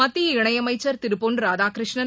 மத்திய இணையமைச்சர் திரு பொன் ராதாகிருஷ்ணன்